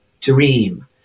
dream